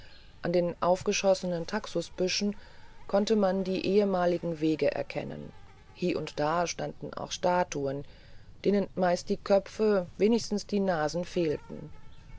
an den aufgeschossenen taxusbüschen konnte man die ehemaligen wege erkennen hie und da standen auch statuen denen meistens die köpfe wenigstens die nasen fehlten